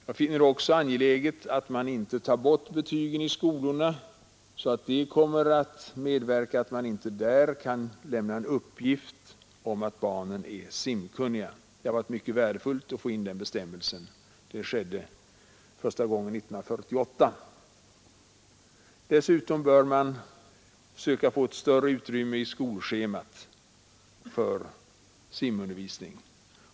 Jag finner det också angeläget att man behåller betygen i skolorna så att man där kan lämna uppgift om barnens simkunnighet. Det var mycket värdefullt att få in bestämmelsen härom. Det skedde första gången 1948. Dessutom bör man söka få ett större utrymme för simundervisning på skolschemat.